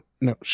No